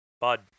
Bud